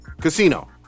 Casino